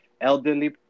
elderly